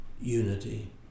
Unity